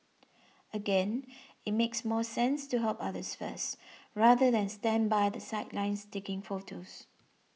again it makes more sense to help others first rather than stand by the sidelines taking photos